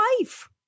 life